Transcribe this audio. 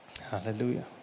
Hallelujah